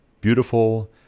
beautiful